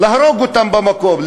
להרוג אותם במקום.